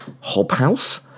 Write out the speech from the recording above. Hobhouse